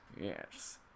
Yes